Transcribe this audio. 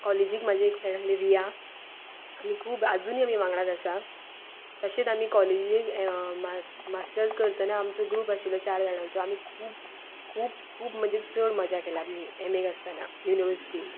कॉलेजीक म्हजें एक फ्रेंड आसलें रिया आमी खूब आजुनूय आमी वांगडा आसा तशेंच आमी कॉलेजीक मास्टर्स करतना आमचो ग्रूप आशिल्लो चार जाणांचो आमी खूब खूब म्हणजे खूब चड मजा केल्या एम ए क आसततना युनिवर्सटीन